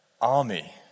army